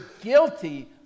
guilty